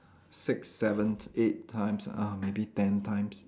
six seven eight times ah maybe ten times